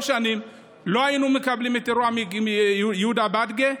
שנים לא היינו מקבלים את אירוע יהודה ביאדגה.